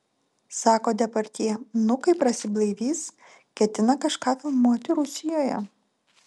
sako depardjė nu kai prasiblaivys ketina kažką filmuoti rusijoje